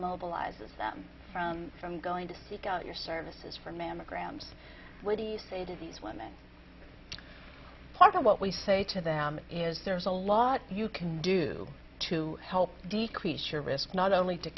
immobilizes them from from going to seek out your services for mammograms what do you say to these women part of what we say to them is there's a lot you can do to help decrease your risk not only to